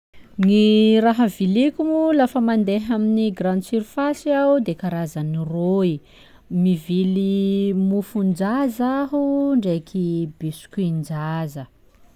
Gny raha viliko lafa mandeha amin'ny grande surface aho de karazany roy: mivily mofon-jaza aho ndreky biscuitn-jaza.